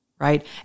Right